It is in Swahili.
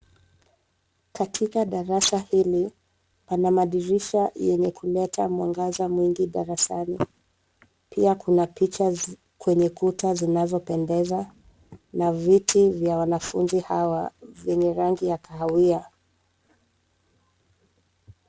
Katika darasa hili, pana madirisha yenye kuleta mwangaza mwingi darasani. Pia kuna picha kwenye kuta zinazopendeza na viti vya wanafunzi hawa vyenye rangi ya kahawia.